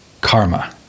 Karma